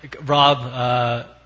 Rob